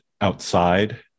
outside